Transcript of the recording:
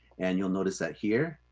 and you'll notice that here,